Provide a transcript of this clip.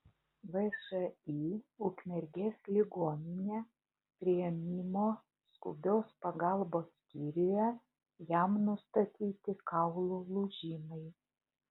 všį ukmergės ligoninė priėmimo skubios pagalbos skyriuje jam nustatyti kaulų lūžimai